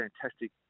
fantastic